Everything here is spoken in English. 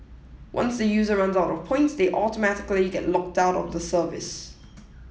once the user runs out of points they automatically get locked out of the service